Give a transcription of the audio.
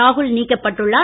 ராகுல் நீக்கப்பட்டள்ளார்